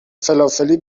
فلافلی